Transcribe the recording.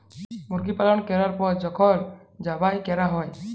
মুরগি পালল ক্যরার পর যখল যবাই ক্যরা হ্যয়